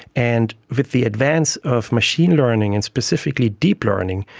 and with the advance of machine learning and specifically deep learning,